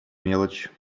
мелочь